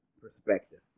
perspective